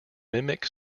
mimic